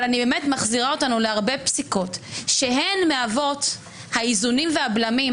אבל אני באמת מחזירה אותנו להרבה פסיקות שמהוות איזונים ובלמים.